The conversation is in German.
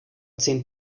zehn